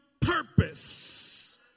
purpose